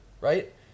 Right